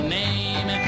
name